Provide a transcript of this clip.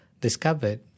discovered